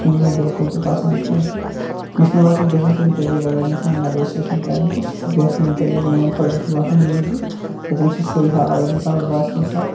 سُہ چھُنہٕ مےٚ بِلکُل تہِ پسَنٛد کیٚنٛہہ تہٕ یہِ چھُ مےٚ باسان بہتریٖن طریٖقہٕ اَگر اِنسان نیگوسیشنَ کَرن تہٕ سُہ چھُ بہتَریٖن طریٖقہٕ میٛانہِ خٲطرٕ مےٚ چھُ باسان یی زِ تٔتنٕے چھُ سُے حَل اَگر اِنسانَس باسہِ کُنہِ ساتہٕ